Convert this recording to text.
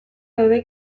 daude